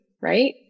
right